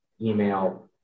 Email